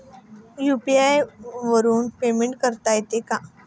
UPI वरून payment करता येते का?